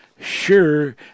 sure